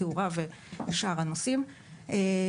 התאורה ושאר הנושאים.